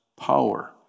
power